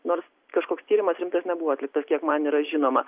nors kažkoks tyrimas rimtas nebuvo atliktas kiek man yra žinoma